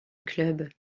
club